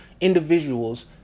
individuals